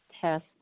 test